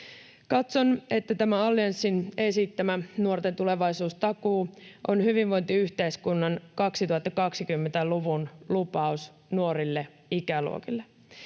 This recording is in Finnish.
Katson, että tämä Allianssin esittämä nuorten tulevaisuustakuu on hyvinvointiyhteiskunnan 2020-luvun lupaus nuorille ikäluokille.